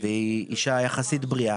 היא אישה יחסית בריאה,